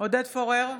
עודד פורר,